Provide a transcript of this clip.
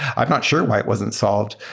i'm not sure why it wasn't solved.